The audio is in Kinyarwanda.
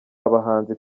abahanzi